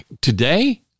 today